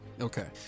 Okay